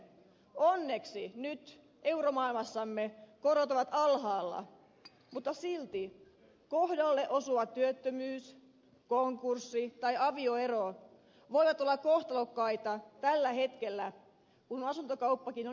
onneksi nyt euromaailmassamme korot ovat alhaalla mutta silti kohdalle osuva työttömyys konkurssi tai avioero voivat olla kohtalokkaita tällä hetkellä kun asuntokauppakin on hiljentynyt